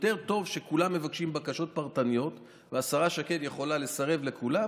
יותר טוב שכולם מבקשים בקשות פרטניות והשרה שקד יכולה לסרב לכולם,